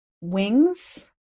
wings